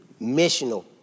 missional